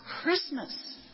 Christmas